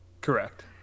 Correct